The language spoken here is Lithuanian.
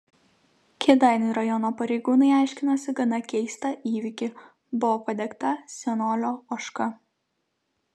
kėdainių rajono pareigūnai aiškinosi gana keistą įvykį buvo padegta senolio ožka